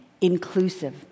inclusive